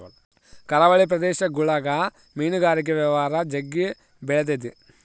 ಕರಾವಳಿ ಪ್ರದೇಶಗುಳಗ ಮೀನುಗಾರಿಕೆ ವ್ಯವಹಾರ ಜಗ್ಗಿ ಬೆಳಿತತೆ